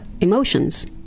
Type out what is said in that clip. emotions